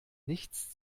nichts